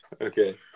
Okay